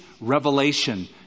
revelation